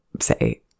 say